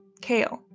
kale